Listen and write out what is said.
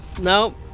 Nope